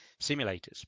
simulators